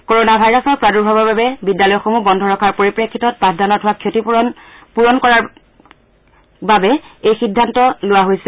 corona ভাইৰাছৰ প্ৰাদূৰ্ভাৱৰ বাবে বিদ্যালয়সমূহ বন্ধ ৰখাৰ পৰিপ্ৰেক্ষিতত পাঠদানত হোৱা ক্ষতিপূৰণ কৰাৰ বাবে এই সিদ্ধান্ত লোৱা হৈছে